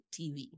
TV